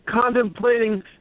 contemplating